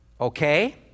Okay